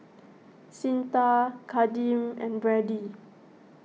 Cyntha Kadeem and Brady